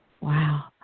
wow